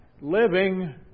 Living